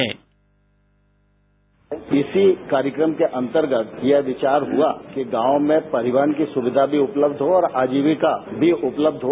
bite इसी कार्यक्रम के अंतर्गत यह विचार हुआ कि गांव में परिवहन की सुविधा भी उपलब्ध हो और अजीविका भी उपलब्ध हो